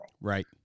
Right